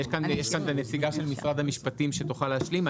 יש כאן את הנציגה של משרד המשפטים שתוכל להשלים,